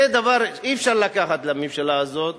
זה דבר שאי-אפשר לקחת מהממשלה הזאת.